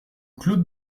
claude